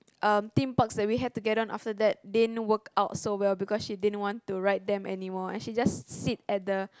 um Theme Parks that we have to go down after that didn't work out so well because she didn't want to ride them anymore and she's just sit at the